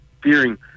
fearing